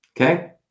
Okay